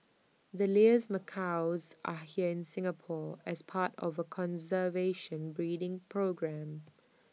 the Lear's macaws are here in Singapore as part of A conservation breeding programme